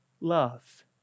love